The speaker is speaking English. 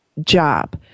job